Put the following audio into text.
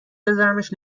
بذارمش